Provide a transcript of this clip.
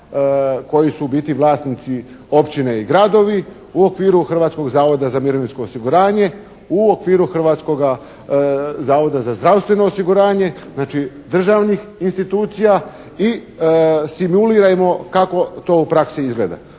koji su u biti vlasnici općine i gradovi, u okviru Hrvatskog zavoda za mirovinsko osiguranje, u okviru Hrvatskoga zavoda za zdravstveno osiguranje. Znači, državnih institucija i simulirajmo kako to u praksi izgleda.